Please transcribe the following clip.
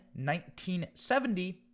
1970